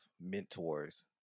mentors